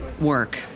work